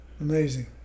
Amazing